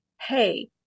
Hey